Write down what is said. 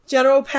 General